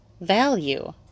value